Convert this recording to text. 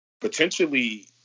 potentially